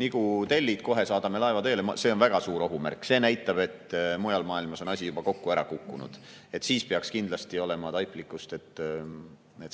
nagu tellid, kohe saadame laeva teele, siis see oleks väga suur ohumärk. See näitaks, et mujal maailmas on asi juba kokku kukkunud. Siis peaks kindlasti olema taiplikkust, et